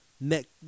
next